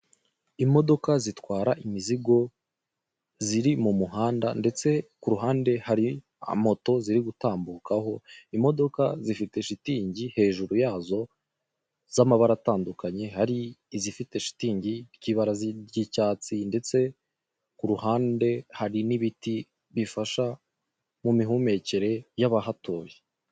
Imodoka zitwara imizigo, ziri mu muhanda ndetse kuhande hari moto ziri gutambukaho, imodoka zifite shitingi hejuru yazo z'amabara atandukanye hari izifite shitingi ry'ibara ry'icyatsi ndetse ku ruhande hari n'ibiti bifasha mu mihumekere y'abahatuye.